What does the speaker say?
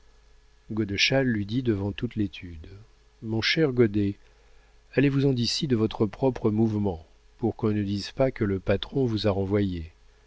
caisse godeschal lui dit devant toute l'étude mon cher gaudet allez-vous-en d'ici de votre propre mouvement pour qu'on ne dise pas que le patron vous a renvoyé